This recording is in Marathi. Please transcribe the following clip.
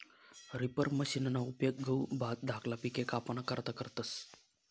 रिपर मशिनना उपेग गहू, भात धाकला पिके कापाना करता करतस